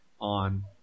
on